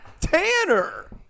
Tanner